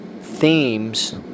themes